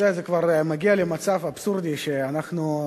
זה כבר מגיע למצב אבסורדי שאנחנו,